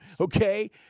okay